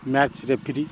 match referee